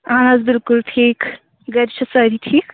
اَہَن حظ بِلکُل ٹھیٖک گَرِ چھا سٲری ٹھیٖک